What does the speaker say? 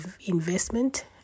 investment